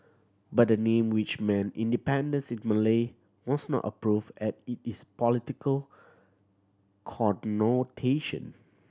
but the name which meant independence in Malay was not approved as it is political connotation